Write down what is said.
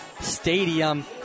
stadium